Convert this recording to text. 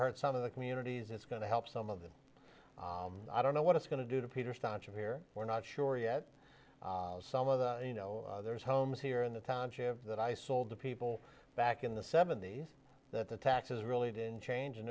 hurt some of the communities it's going to help some of them i don't know what it's going to do to peter stanton here we're not sure yet some of the you know there's homes here in the township that i sold to people back in the seventy's that the taxes really didn't change and